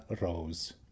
rose